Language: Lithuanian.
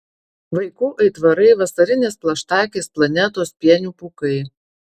vaikų aitvarai vasarinės plaštakės planetos pienių pūkai